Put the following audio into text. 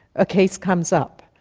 a case comes up,